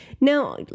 now